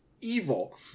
evil